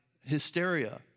hysteria